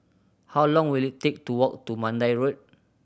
how long will it take to walk to Mandai Road